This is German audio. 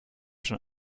schon